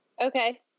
Okay